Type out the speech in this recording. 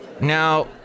Now